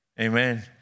Amen